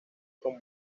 como